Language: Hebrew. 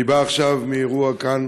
אני בא עכשיו מאירוע כאן,